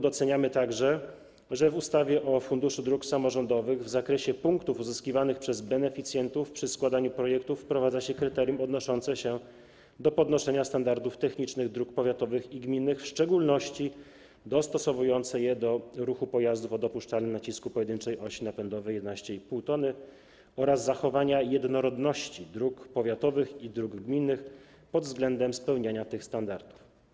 Doceniamy także, że w ustawie o Funduszu Dróg Samorządowych w zakresie punktów uzyskiwanych przez beneficjentów przy składaniu projektów wprowadza się kryterium odnoszące się do podnoszenia standardów technicznych dróg powiatowych i gminnych, w szczególności dostosowujące je do ruchu pojazdów o dopuszczalnym nacisku pojedynczej osi napędowej 11,5 t, oraz zachowania jednorodności dróg powiatowych i dróg gminnych pod względem spełniania tych standardów.